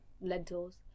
lentils